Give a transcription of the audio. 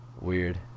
Weird